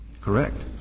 correct